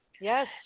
Yes